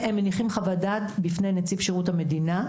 והם מניחים חוות דעת בפני נציב שירות המדינה,